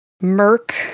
Merc